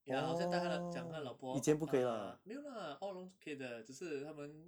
ya 好像带他的讲他老婆 ah 没有啦 all along 就可以的只是他们